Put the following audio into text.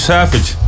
Savage